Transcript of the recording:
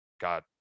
God